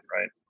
right